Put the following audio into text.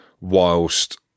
whilst